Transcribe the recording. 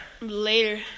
Later